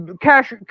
Cash